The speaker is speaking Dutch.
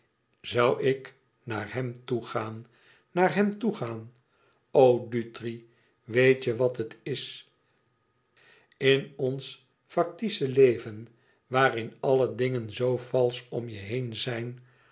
zoû ik naar hem toe gaan naar hem toe gaan o dutri weet je wat het is in ons factice leven waarin alle dingen zoo valsch om je heen zijn